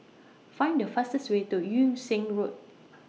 Find The fastest Way to Yung Sheng Road